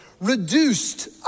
reduced